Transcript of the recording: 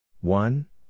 One